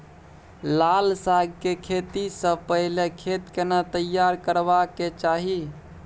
लाल साग के खेती स पहिले खेत केना तैयार करबा के चाही?